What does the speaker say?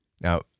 now